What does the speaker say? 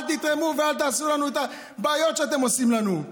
אל תתרמו ואל תעשו לנו את הבעיות שאתם עושים לנו.